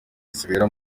zibera